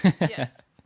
Yes